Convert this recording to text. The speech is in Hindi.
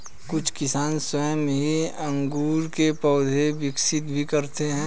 कुछ किसान स्वयं ही अंगूर के पौधे विकसित भी करते हैं